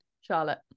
Charlotte